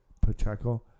Pacheco